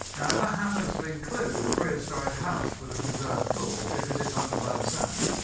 ah happens to include a prehistoric house with a preserved floor because it's under blown sand,